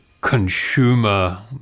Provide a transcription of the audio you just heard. consumer